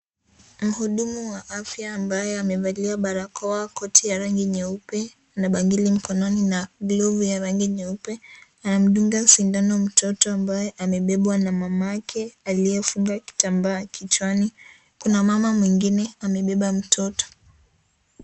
Muhudumu wa afya ambaye amevalia barakoa, koti ya rangi nyeupe na bangili mkononi na glovu ya rangi nyeupe anamdunga sindano mtoto ambaye amebebwa na mamake aliyefunga kitambaa kichwani. Kuna mama mwingine amebeba mtoto.